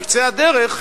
בקצה הדרך,